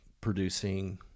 producing